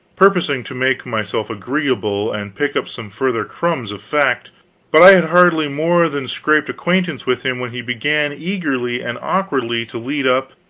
purposing to make myself agreeable and pick up some further crumbs of fact but i had hardly more than scraped acquaintance with him when he began eagerly and awkwardly to lead up,